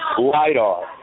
LIDAR